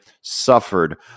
suffered